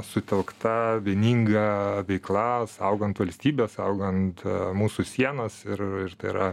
sutelkta vieninga veikla saugant valstybę saugant mūsų sienas ir ir tai yra